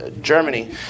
Germany